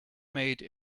made